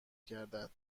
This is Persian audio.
گردد